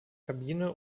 kabine